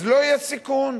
אז לא יהיה סיכון.